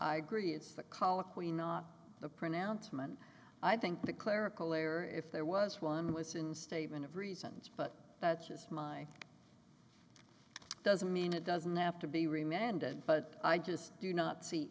i agree it's the colloquy not the pronouncement i think the clerical error if there was one was in statement of reasons but that's just my doesn't mean it doesn't have to be remembered but i just do not see